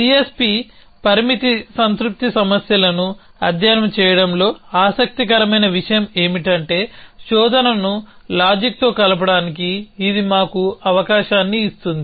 CSP పరిమితి సంతృప్తి సమస్యలను అధ్యయనం చేయడంలో ఆసక్తికరమైన విషయం ఏమిటంటే శోధనను లాజిక్ తో కలపడానికి ఇది మాకు అవకాశాన్ని ఇస్తుంది